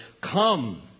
come